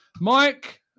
Mike